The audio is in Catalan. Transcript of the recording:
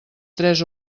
tres